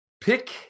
Pick